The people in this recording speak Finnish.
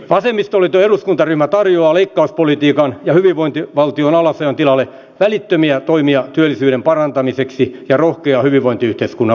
vasemmistoliiton eduskuntaryhmä tarjoaa leikkauspolitiikan ja hyvinvointivaltion alasajon tilalle välittömiä toimia työllisyyden parantamiseksi ja rohkeaa hyvinvointiyhteiskunnan uudistamista